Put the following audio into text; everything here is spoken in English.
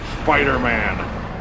Spider-Man